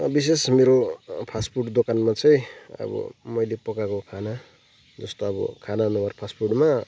विशेष मेरो फास्टफुट दोकानमा चाहिँ अब मैले पकाएको खाना जस्तो अब खाना नभएर फासफुडमा